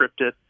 scripted